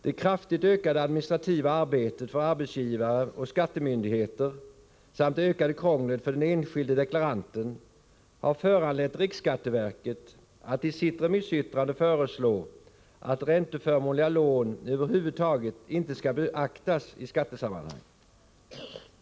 Det kraftigt ökade administrativa arbetet för arbetsgivare och skattemyndigheter samt det ökade krånglet för den enskilde deklaranten har föranlett riksskatteverket att i sitt remissyttrande föreslå att ränteförmånliga lån över huvud taget inte skall beaktas i skattesammanhang.